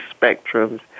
spectrums